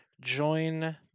join